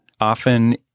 often